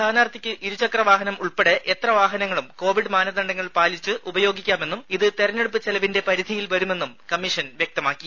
സ്ഥാനാർത്ഥിക്ക് ഇരുചക്ര വാഹനം ഉൾപ്പടെ എത്ര വാഹനങ്ങളും കോവിഡ് മാനദണ്ഡങ്ങൾ പാലിച്ച് ഉപയോഗിക്കാമെന്നും ഇത് തിരഞ്ഞെടുപ്പ് ചെലവിന്റെ പരിധിയിൽ വരുമെന്നും കമ്മീഷൻ വ്യക്തമാക്കി